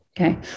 okay